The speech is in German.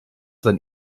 sein